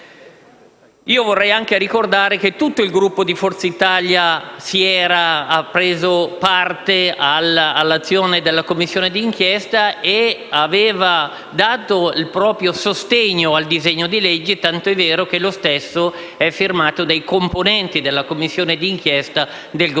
Vorrei anche ricordare che tutto il Gruppo di Forza Italia ha preso parte all'azione della Commissione d'inchiesta e ha dato il proprio sostegno al disegno di legge, tant'è vero che lo stesso è firmato dai componenti della Commissione d'inchiesta del Gruppo